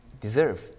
deserve